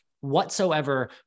whatsoever